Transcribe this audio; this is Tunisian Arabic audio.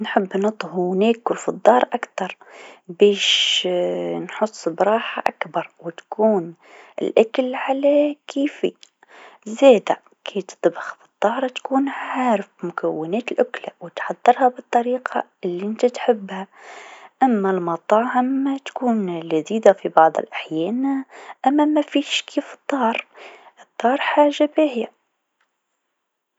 نحب نطهو و ناكل في الدار أكثر باش نحس براحه أكبر و تكون الأكل على كيفي زادا كي تطبخ في الدار تكون عارف مكونات الأكله و تحضرها الطريقه لأنت تحبها أما المطاعم تكون لذيذه في بعض الأحيان أما مافيش كيف الدار، الدار حاجة باهيه.